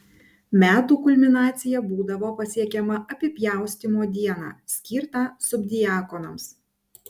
metų kulminacija būdavo pasiekiama apipjaustymo dieną skirtą subdiakonams